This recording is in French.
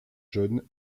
john